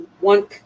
one